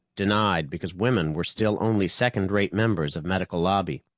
denied because women were still only second-rate members of medical lobby.